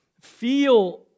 feel